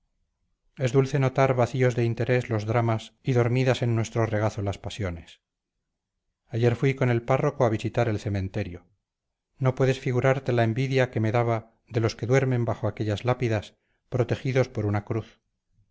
es dulce notar vacíos de interés los dramas y dormidas en nuestro regazo las pasiones ayer fui con el párroco a visitar el cementerio no puedes figurarte la envidia que me daba de los que duermen bajo aquellas lápidas protegidos por una cruz